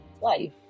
life